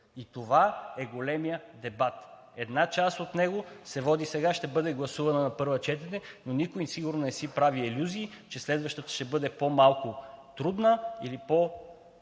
и това е големият дебат. Една част от него се води и сега ще бъде гласувана на първо четене, но никой сигурно не си прави илюзии, че следващата ще бъде по-малко трудна или по малко